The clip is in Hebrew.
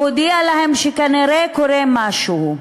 לטיף דורי, שהודיע להם שכנראה קורה משהו,